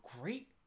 great